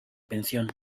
pensión